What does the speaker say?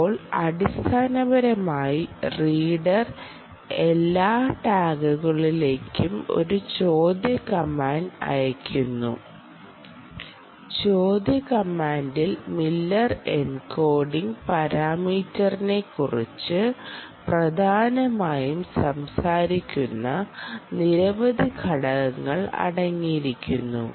ഇപ്പോൾ അടിസ്ഥാനപരമായി റീഡർ എല്ലാ ടാഗുകളിലേക്കും ഒരു ചോദ്യ കമാൻഡ് അയയ്ക്കുന്നു ചോദ്യ കമാൻഡിൽ മില്ലർ എൻകോഡിംഗ് പാരാമീറ്ററിനെക്കുറിച്ച് പ്രധാനമായും സംസാരിക്കുന്ന നിരവധി ഘടകങ്ങൾ അടങ്ങിയിരിക്കുന്നു